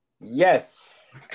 Yes